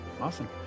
awesome